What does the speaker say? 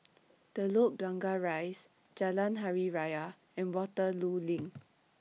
Telok Blangah Rise Jalan Hari Raya and Waterloo LINK